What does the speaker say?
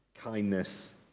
kindness